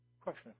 Question